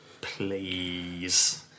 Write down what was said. please